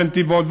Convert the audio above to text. בנתיבות,